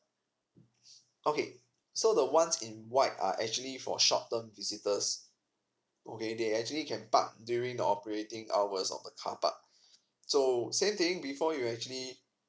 okay so the ones in white are actually for short term visitors okay they are actually can park during the operating hours of the carpark so same thing before you actually